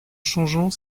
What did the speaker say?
changeant